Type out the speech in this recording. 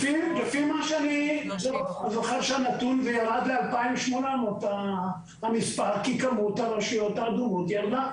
אני זוכר שהנתון הזה ירד ל-2,800 כי כמות הרשויות האדומות ירדה.